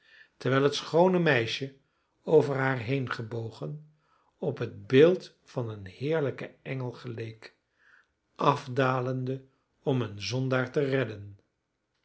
terwijl het schoone meisje over haar heengebogen op het beeld van een heerlijken engel geleek afdalende om een zondaar te redden